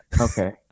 Okay